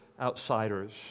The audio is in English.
outsiders